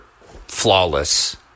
flawless